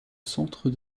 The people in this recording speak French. centre